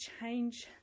change